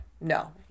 no